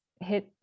hit